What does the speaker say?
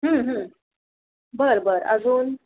बरं बरं अजून